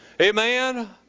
Amen